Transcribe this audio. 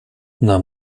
нам